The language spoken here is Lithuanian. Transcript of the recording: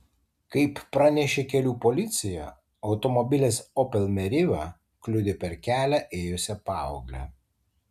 kaip pranešė kelių policija automobilis opel meriva kliudė per kelią ėjusią paauglę